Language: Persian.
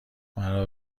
مرا